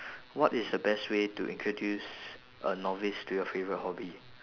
what is the best way to introduce a novice to your favourite hobby